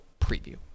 preview